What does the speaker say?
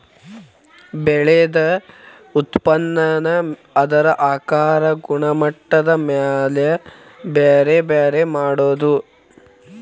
ಬೆಳದ ಉತ್ಪನ್ನಾನ ಅದರ ಆಕಾರಾ ಗುಣಮಟ್ಟದ ಮ್ಯಾಲ ಬ್ಯಾರೆ ಬ್ಯಾರೆ ಮಾಡುದು